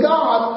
God